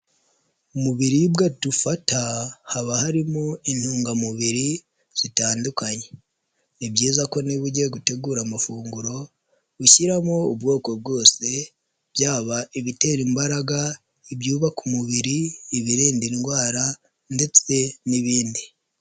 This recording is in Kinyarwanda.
Mu biribwa dufata haba harimo intungamubiri zitandukanye, ni byiza ko niba ugiye gutegura amafunguro ushyiramo ubwoko bwose, byaba ibitera imbaraga, ibyubaka umubiri, ibirinda indwara ndetse n'ibindi.